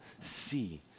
see